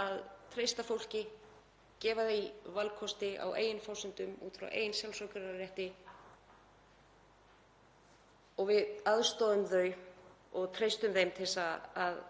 að treysta fólki, að gefa því valkost á eigin forsendum út frá eigin sjálfsákvörðunarrétti. Við aðstoðum fólk og treystum því til að